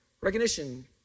Recognition